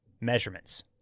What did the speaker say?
Measurements